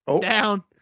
Down